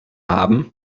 haben